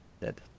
dead